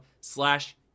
slash